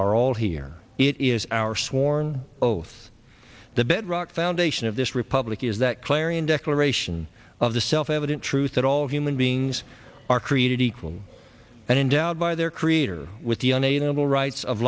are all here it is our sworn oath the bedrock foundation of this republic is that clarion declaration of the self evident truth that all human beings are created equal and endowed by their creator with the un a noble rights of